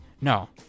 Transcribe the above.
no